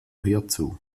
hierzu